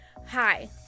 Hi